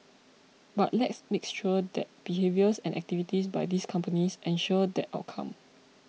but let's makes sure that behaviours and activities by these companies ensure that outcome